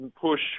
push